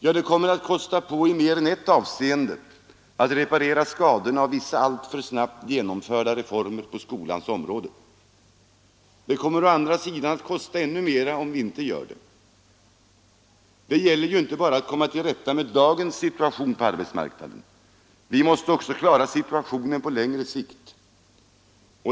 Ja, det kommer att kosta på i mer än ett avseende att reparera skadorna av vissa alltför snabbt genomförda reformer på skolans område. Det kommer å andra sidan att kosta ännu mera att inte göra det. Det gäller ju inte bara att komma till rätta med dagens situation på arbetsmarknaden; vi måste också klara situationen på längre sikt.